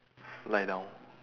lie down